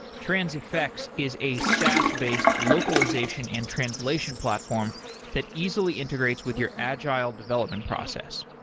transifex is a saas based localization and translation platform that easily integrates with your agile development process.